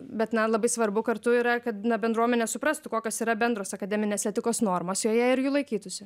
bet na labai svarbu kartu yra kad bendruomenė suprastų kokios yra bendros akademinės etikos normos joje ir jų laikytųsi